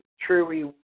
true